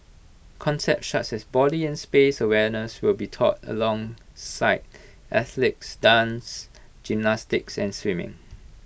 concepts such as body and space awareness will be taught alongside athletics dance gymnastics and swimming